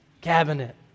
cabinet